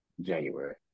January